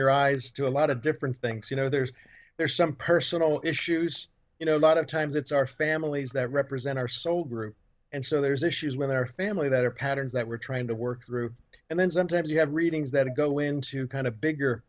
your eyes to a lot of different things you know there's there's some personal issues you know a lot of times it's our families that represent our soul group and so there's issues with our family that are patterns that we're trying to work through and then sometimes you have readings that go into kind of bigger